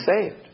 saved